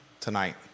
tonight